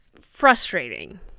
frustrating